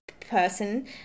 person